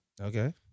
Okay